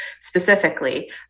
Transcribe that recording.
specifically